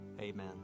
Amen